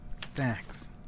thanks